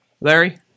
Larry